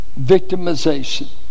Victimization